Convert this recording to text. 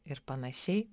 ir panašiai